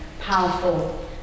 powerful